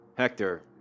Hector